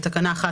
בתקנה 1,